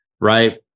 right